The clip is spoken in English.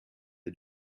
the